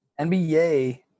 NBA